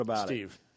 Steve